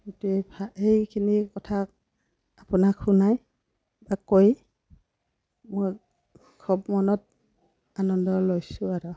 সেইটোৱে সেইখিনি কথা আপোনাক শুনাই বা কৈ মই খুব মনত আনন্দ লৈছোঁ আৰু